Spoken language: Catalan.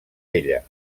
ella